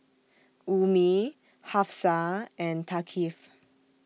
Ummi Hafsa and Thaqif